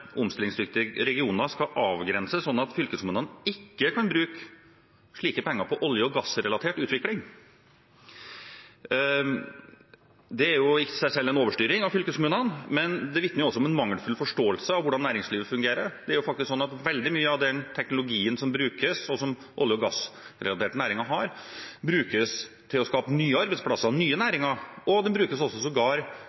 regioner skal avgrenses sånn at fylkeskommunene ikke kan bruke slike penger på olje- og gassrelatert utvikling. Det er i seg selv en overstyring av fylkeskommunene, men det vitner også om en mangelfull forståelse av hvordan næringslivet fungerer. Det er faktisk sånn at veldig mye av den teknologien som olje- og gassrelaterte næringer har, brukes til å skape nye arbeidsplasser, nye